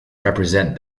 represent